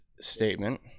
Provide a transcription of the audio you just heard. statement